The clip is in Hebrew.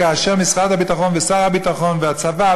כאשר משרד הביטחון ושר הביטחון והצבא,